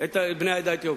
את בני העדה האתיופית.